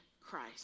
Christ